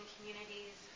Communities